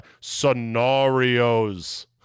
Scenarios